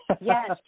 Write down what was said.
Yes